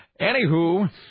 Anywho